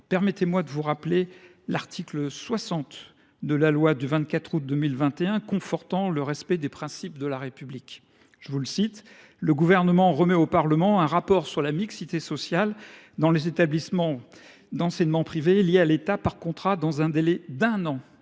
permettez moi de vous rappeler l’article 60 de la loi du 24 août 2021 confortant le respect des principes de la République :« Le Gouvernement remet au Parlement un rapport sur la mixité sociale dans les établissements d’enseignement privé liés à l’État par contrat, dans un délai d’un an à